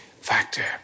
factor